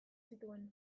zituen